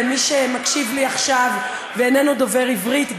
למי שמקשיב לי עכשיו ואיננו דובר עברית,